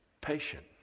patient